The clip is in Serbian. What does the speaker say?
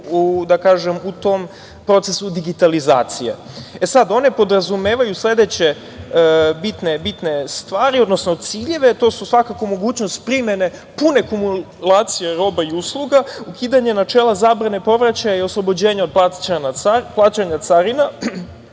uokvireni u tom procesu digitalizacije. One podrazumevaju sledeće bitne stvari, odnosno ciljeve, a to su svakako mogućnost primene pune kumulacije roba i usluga, ukidanje načela zabrane povraćaja i oslobođenje od plaćanja carina,